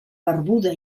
barbuda